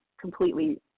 completely